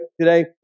today